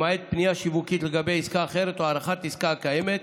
למעט פנייה שיווקית לגבי עסקה אחרת או הארכת העסקה הקיימת.